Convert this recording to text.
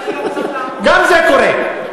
גם זה קורה.